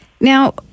Now